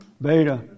beta